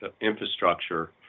infrastructure